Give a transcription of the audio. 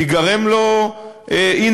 תיגרם לו אי-נעימות.